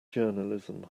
journalism